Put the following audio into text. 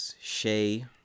Shay